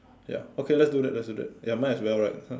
ya okay let's do that let's do that ya might as well right ha